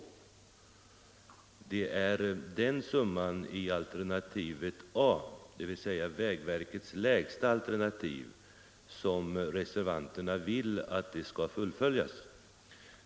Det är den summan i alternativ A, dvs. vägverkets lägsta alternativ, som reservanterna vill att man skall uppnå.